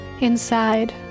Inside